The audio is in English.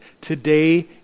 Today